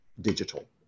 digital